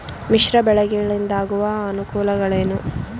ಮಿಶ್ರ ಬೆಳೆಗಳಿಂದಾಗುವ ಅನುಕೂಲಗಳೇನು?